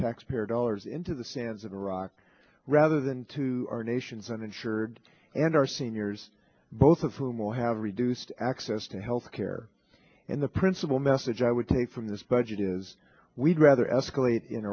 taxpayer dollars into the sands of iraq rather than to our nation's uninsured and our seniors both of whom will have reduced access to health care and the principal message i would take from this budget is we'd rather escalate in